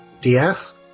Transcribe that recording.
DS